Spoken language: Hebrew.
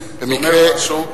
זה אומר משהו.